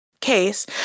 case